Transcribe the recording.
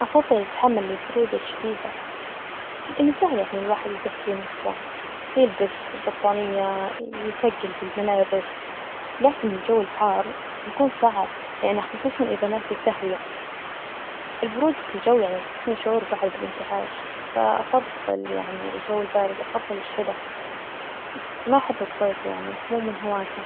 أفظل يتحمل البرودة الشديدة، لإنه سهل يعني الواحد يدفي نفسه، يلبس بطانية، يثجل بالملابس، لكن الجو الحار يكون صعب، يعني خصوصا إذا ما في تهوية، البرودة الجو يعني تعطيني شعور بعد بالإنتعاش، فأفضل يعني الجو البارد أفضل الشتا، ما أحب الصيف يعني مو من هواته.